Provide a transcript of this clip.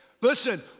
Listen